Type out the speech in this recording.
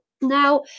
Now